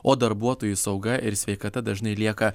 o darbuotojų sauga ir sveikata dažnai lieka